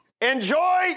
Enjoy